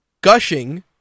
gushing